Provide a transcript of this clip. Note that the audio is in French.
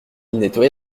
nettoya